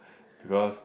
because